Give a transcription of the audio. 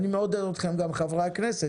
ואני מעודד אתכם חברי הכנסת,